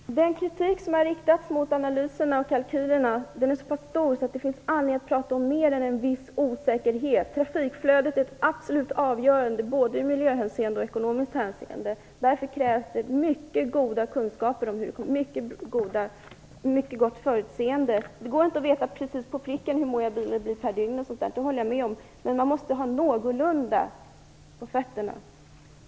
Fru talman! Den kritik som har riktats mot analyserna och kalkylerna är så pass stark att det finns anledning att tala om mera än "en viss osäkerhet". Trafikflödet är det absolut avgörande, både ur miljöhänseende och ur ekonomiskt hänseende. Därför krävs det mycket goda kunskaper och ett mycket stort förutseende. Det går inte att veta precis på pricken hur många bilar det blir per dygn, det håller jag med om. Men man måste ha något på fötterna.